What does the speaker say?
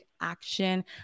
action